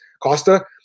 Costa